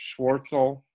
Schwartzel